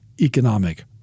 economic